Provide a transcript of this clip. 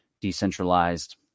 decentralized